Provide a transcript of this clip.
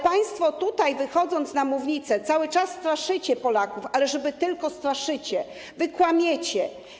Państwo, wychodząc na mównicę, cały czas straszycie Polaków, ale żeby tylko: straszycie - wy kłamiecie.